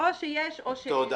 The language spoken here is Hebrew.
או שיש או שאין.